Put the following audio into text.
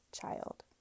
child